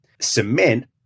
Cement